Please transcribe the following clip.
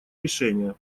решения